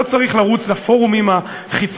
לא צריך לרוץ לפורומים החיצוניים,